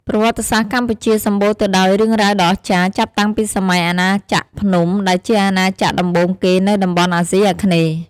ប្រវត្តិសាស្ត្រកម្ពុជាសម្បូរទៅដោយរឿងរ៉ាវដ៏អស្ចារ្យចាប់តាំងពីសម័យអាណាចក្រភ្នំ ដែលជាអាណាចក្រដំបូងគេនៅតំបន់អាស៊ីអាគ្នេយ៍។